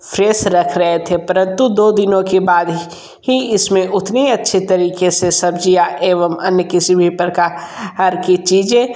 fresh रख रहे थे परंतु दो दिनों के बाद ही इसमें उतनी अच्छे तरीके से सब्जियाँ एवं अन्य किसी भी प्रकार की चीज़ें